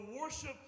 worship